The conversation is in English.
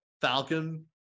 Falcon